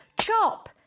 Chop